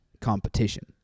competition